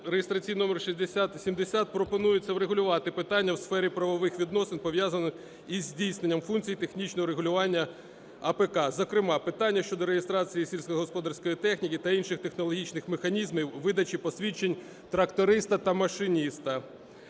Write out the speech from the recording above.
реєстраційний номер 6070 пропонується врегулювати питання у сфері правових відносин, пов'язаних із здійсненням функцій технічного регулювання АПК. Зокрема: питання щодо реєстрації сільськогосподарської техніки та інших технологічних механізмів, видачі посвідчень тракториста та машиніста,